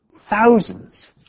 thousands